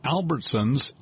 Albertsons